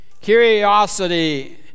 Curiosity